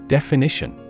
Definition